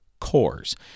cores